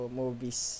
movies